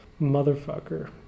Motherfucker